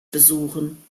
besuchen